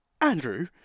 Andrew